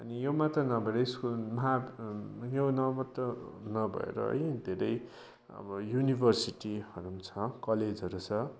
अनि यो मात्र नभएर स्कुल मात्र यो न मात्र नभएर है धेरै अब युनिभर्सिटीहरू पनि छ कलेजहरू छ